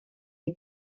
est